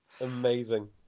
Amazing